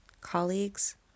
colleagues